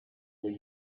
were